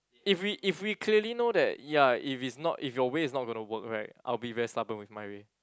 if we if we clearly know that ya if it's not if your way is not gonna work right I will be very stubborn with my way